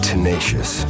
tenacious